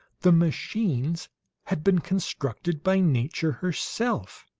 the machines had been constructed by nature herself,